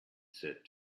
said